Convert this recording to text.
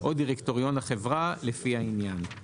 או דירקטוריון החברה לפי העניין.";